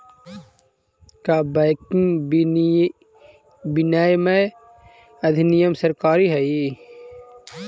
का बैंकिंग विनियमन अधिनियम सरकारी हई?